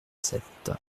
sept